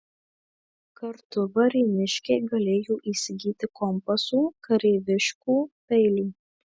kartu varėniškiai galėjo įsigyti kompasų kareiviškų peilių